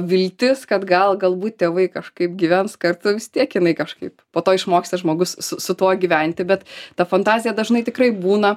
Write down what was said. viltis kad gal galbūt tėvai kažkaip gyvens kartu vis tiek jinai kažkaip po to išmoksta žmogus su su tuo gyventi bet ta fantazija dažnai tikrai būna